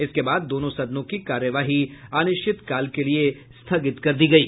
इसके बाद दोनों सदनों की कार्यवाही अनिश्चितकाल के लिये स्थगित कर दी गयी